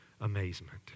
amazement